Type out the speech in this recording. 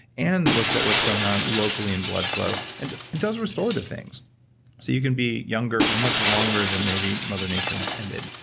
and looks at what's going on locally in blood flow, and it does restorative things you can be younger for much longer than maybe mother nature intended.